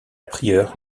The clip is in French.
prieure